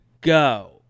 go